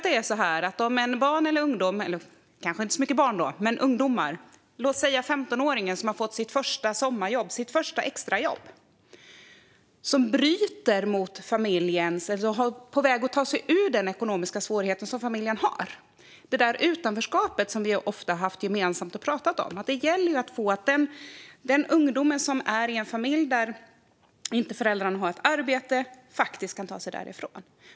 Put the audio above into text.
Det handlar om när barn eller ungdomar - kanske inte så många barn men ungdomar; låt oss säga en 15-åring - får sitt första sommarjobb, sitt första extrajobb, och bryter eller är på väg att ta sig ur de ekonomiska svårigheter som familjen har och utanförskapet som vi har gemensamt att ofta prata om. Det gäller ju att ungdomen som är i en familj där föräldrarna inte har arbete kan ta sig därifrån.